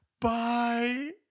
bye